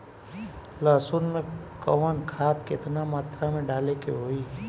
लहसुन में कवन खाद केतना मात्रा में डाले के होई?